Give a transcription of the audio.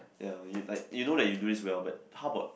ya you like you know that you do this well but how about